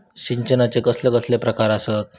सिंचनाचे कसले कसले प्रकार आसत?